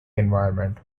environment